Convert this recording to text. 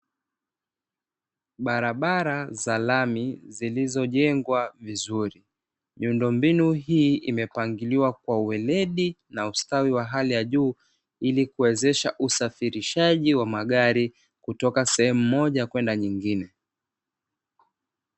Barabara za lami zilizojengwa vizuri. Miundombinu hii imepangiliwa kwa ueledi na ustawi wa hali ya juu, ili kuwezesha usafirishaji wa magari kutoka sehemu moja kwenda nyingine.